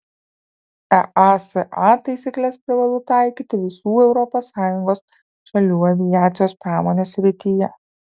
easa taisykles privalu taikyti visų europos sąjungos šalių aviacijos pramonės srityje